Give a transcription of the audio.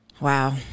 Wow